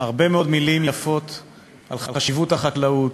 הרבה מאוד מילים יפות על חשיבות החקלאות,